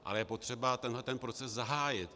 Ale je potřeba tenhle ten proces zahájit.